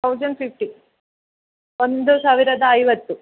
thousand fifty ಒಂದು ಸಾವಿರದ ಐವತ್ತು